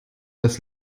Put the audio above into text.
das